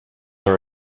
are